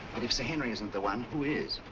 but if sir henry isn't the one who is?